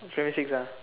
primary six ah